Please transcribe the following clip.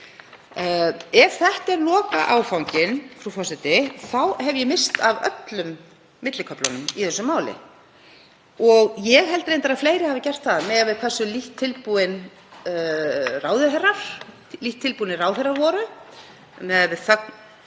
Ef þetta er lokaáfanginn, frú forseti, þá hef ég misst af öllum milliköflunum í þessu máli og ég held reyndar að fleiri hafi gert það miðað við það hversu lítt tilbúnir ráðherrar voru,